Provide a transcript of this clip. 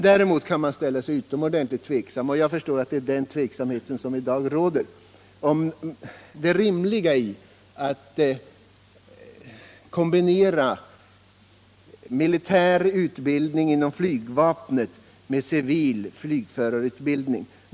Däremot kan man ställa sig utomordentligt tveksam —jag förstår att det är den tveksamheten som i dag råder — till det rimliga i att kombinera militär utbildning inom flygvapnet med civil flygförarutbildning.